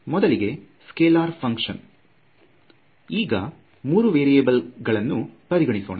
ಮೊದಲಿಗೆ scalar function ಈಗ ಮೂರು ವೇರಿಯೆಬಲ್ ಗಳನ್ನು ಪರಿಗಣಿಸೋಣ